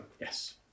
Yes